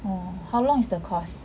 orh how long is the course